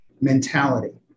mentality